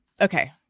okay